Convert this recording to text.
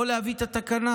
או להביא את התקנה.